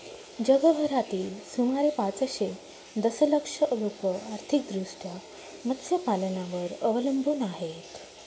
जगभरातील सुमारे पाचशे दशलक्ष लोक आर्थिकदृष्ट्या मत्स्यपालनावर अवलंबून आहेत